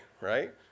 right